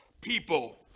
people